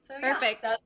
Perfect